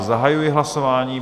Zahajuji hlasování.